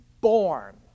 born